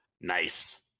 Nice